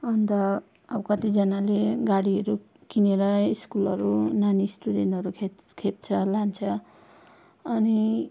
अन्त अब कतिजनाले गाडीहरू किनेर स्कुलहरू नानी स्टुडेन्टहरू खेप् खेप्छ लान्छ अनि